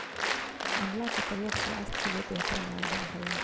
आंवला के प्रयोग स्वास्थ्य के लिए बेहतर मानल जा हइ